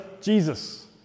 Jesus